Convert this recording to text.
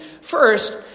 First